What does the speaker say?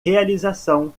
realização